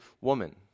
woman